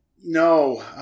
No